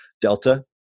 Delta